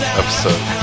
episode